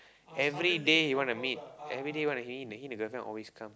every day he wanna meet every day he wanna he he and the girlfriend always come